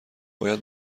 باید